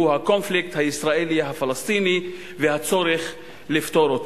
והוא הקונפליקט הישראלי-הפלסטיני והצורך לפתור אותו.